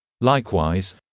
Likewise